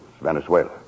Venezuela